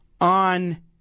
on